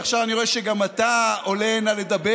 ועכשיו אני רואה שגם אתה עולה הנה לדבר